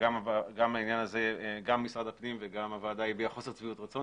גם משרד הפנים וגם הוועדה הביעו חוסר שביעות רצון